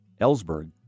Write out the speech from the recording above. Ellsberg